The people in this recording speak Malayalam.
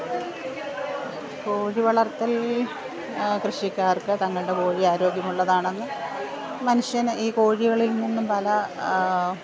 കോഴി വളർത്തൽ കൃഷിക്കാർക്ക് തങ്ങളുടെ കോഴി ആരോഗ്യം ഉള്ളതാണെന്നും മനുഷ്യന് ഈ കോഴികളിൽ നിന്നും പല